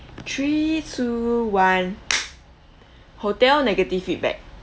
three two one hotel negative feedback